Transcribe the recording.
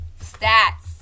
stats